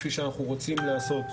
כפי שאנחנו רוצים לעשות,